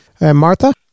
Martha